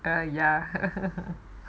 ah ya